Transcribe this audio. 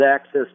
Access